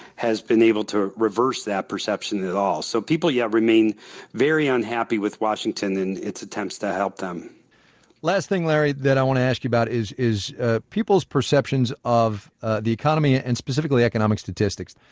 has been able to reverse that perception at all. so people yet remain very unhappy with washington and its attempts to help them last thing, larry, that i want to ask you about is is ah people's perceptions of ah the economy, and specifically economic statistics.